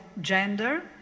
gender